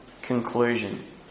conclusion